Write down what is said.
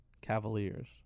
Cavaliers